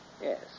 Yes